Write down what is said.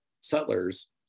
settlers